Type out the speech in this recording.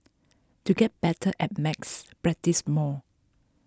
to get better at maths practise more